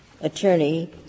attorney